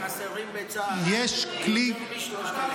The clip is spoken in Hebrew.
חסרים בצה"ל יותר מ-3,000.